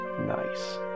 Nice